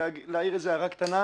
אני מבקש להעיר הערה קטנה.